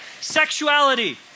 Sexuality